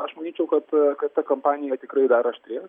aš manyčiau kad kad ta kampanija tikrai dar aštrės